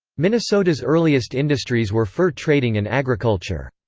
minnesota's earliest industries were fur trading and agriculture.